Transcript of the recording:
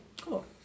Cool